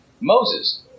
Moses